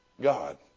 God